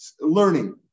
learning